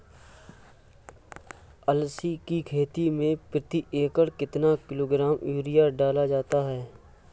अलसी की खेती में प्रति एकड़ कितना किलोग्राम यूरिया डाला जाता है?